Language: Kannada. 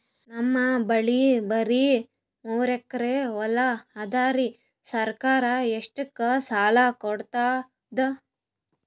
ನಮ್ ಬಲ್ಲಿ ಬರಿ ಮೂರೆಕರಿ ಹೊಲಾ ಅದರಿ, ಸರ್ಕಾರ ಇಷ್ಟಕ್ಕ ಸಾಲಾ ಕೊಡತದಾ?